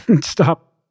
stop